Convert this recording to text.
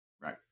Right